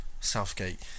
Southgate